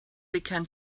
began